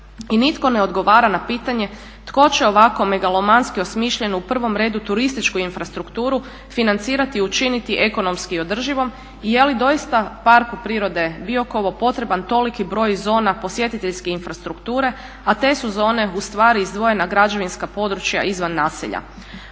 I nitko ne odgovara na pitanje tko će ovako megalomanski osmišljenu u prvom redu turističku infrastrukturu financirati i učiniti ekonomski održivom i je li doista Parku prirode Biokovo potreban toliki broj zona posjetiteljske infrastrukture, a te su zone ustvari izdvojena građevinska područja izvan naselja.